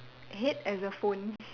head as a phone